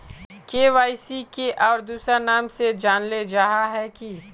KYC के आर दोसरा नाम से जानले जाहा है की?